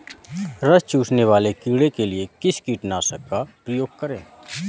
रस चूसने वाले कीड़े के लिए किस कीटनाशक का प्रयोग करें?